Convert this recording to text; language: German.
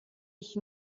ich